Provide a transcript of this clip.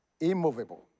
immovable